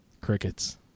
Crickets